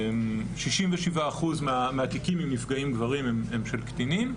67 אחוז מהתיקים הם מנפגעים גברים הם של קטינים.